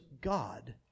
God